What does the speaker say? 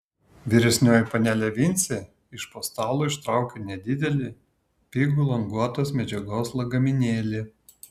vyresnioji panelė vincė iš po stalo ištraukė nedidelį pigų languotos medžiagos lagaminėlį